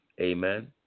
Amen